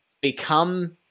become